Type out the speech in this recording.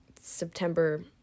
September